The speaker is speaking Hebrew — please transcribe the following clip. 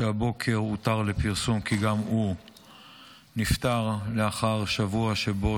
שהבוקר הותר לפרסום כי גם הוא נפטר לאחר שבוע שבו